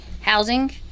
housing